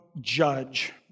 judge